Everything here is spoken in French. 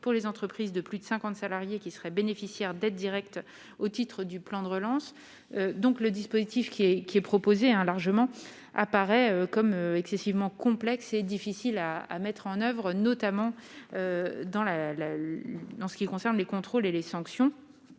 pour les entreprises de plus de 50 salariés qui seraient bénéficiaires d'aide directe au titre du plan de relance donc le dispositif qui est qui est proposé un largement apparaît comme excessivement complexe et difficile à à mettre en oeuvre, notamment dans la dans ce qui concerne les contrôles et les sanctions